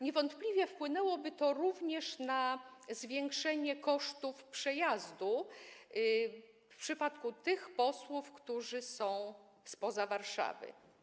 Niewątpliwie wpłynęłoby to również na zwiększenie kosztów przejazdów w przypadku tych posłów, którzy są spoza Warszawy.